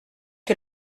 que